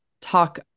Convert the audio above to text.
talk